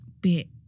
bit